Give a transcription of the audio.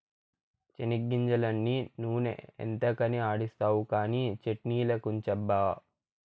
చెనిగ్గింజలన్నీ నూనె ఎంతకని ఆడిస్తావు కానీ చట్ట్నిలకుంచబ్బా